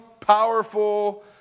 powerful